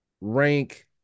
rank